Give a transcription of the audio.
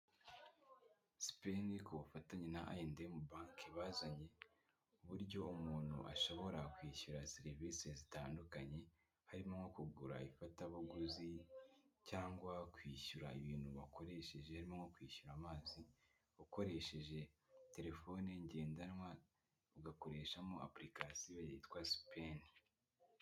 Sipeni ku bufatanye na ayi endi emu banki bazanye uburyo umuntu ashobora kwishyura serivisi zitandukanye harimo nko kugura ifatabuguzi, cyangwa kwishyura ibintu wakoresheje nko kwishyura amazi ukoresheje telefone ngendanwa ugakoreshamo apulikasiyo yitwa sipeni.